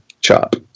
chop